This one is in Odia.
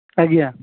ଆଜ୍ଞା